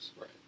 Right